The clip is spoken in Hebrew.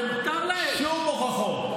אין שום הוכחות.